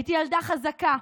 הייתי ילדה חזקה.